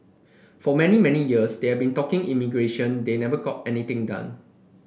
for many many years they had been talking immigration they never got anything done